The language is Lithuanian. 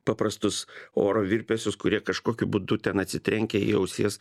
paprastus oro virpesius kurie kažkokiu būdu ten atsitrenkia į ausies